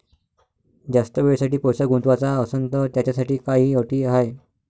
जास्त वेळेसाठी पैसा गुंतवाचा असनं त त्याच्यासाठी काही अटी हाय?